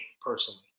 personally